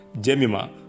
Jemima